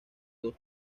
dos